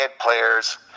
players